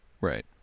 Right